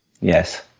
Yes